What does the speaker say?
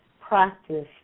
practice